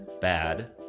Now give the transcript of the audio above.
bad